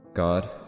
God